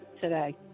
today